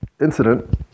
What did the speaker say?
incident